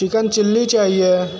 chicken chilli चाहिए है